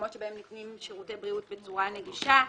המקומות שבהם ניתנים שירותי בריאות בצורה נגישות.